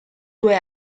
due